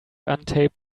untaped